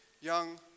young